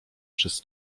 przez